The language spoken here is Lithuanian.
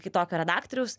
kitokio redaktoriaus